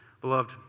Beloved